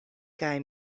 kaj